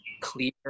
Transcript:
clear